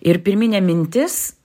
ir pirminė mintis